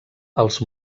els